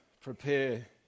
prepare